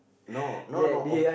no no no ok~